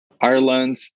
Ireland